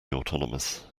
autonomous